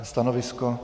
Stanovisko?